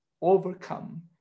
overcome